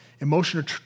emotional